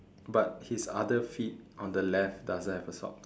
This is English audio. but his other feet on the left doesn't have a sock